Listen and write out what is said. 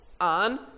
on